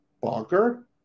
Bonker